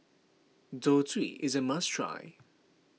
Zosui is a must try